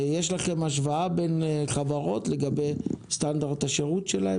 יש לכם השוואה בין חברות לגבי סטנדרט השירות שלהם?